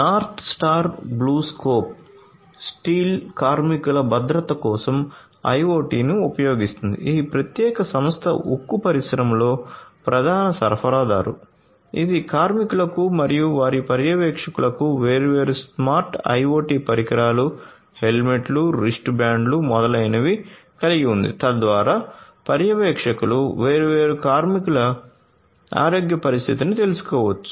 north star BlueScope పరికరాలు హెల్మెట్లు wrist బ్యాండ్లు మొదలైనవి కలిగి ఉంది తద్వారా పర్యవేక్షకులు వేర్వేరు కార్మికుల ఆరోగ్య పరిస్థితిని తెలుసుకోవచ్చు